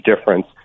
difference